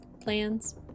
Plans